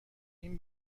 این